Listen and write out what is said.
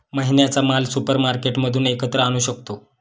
महिन्याचा माल सुपरमार्केटमधून एकत्र आणू शकतो